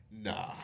Nah